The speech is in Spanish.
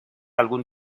algún